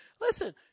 Listen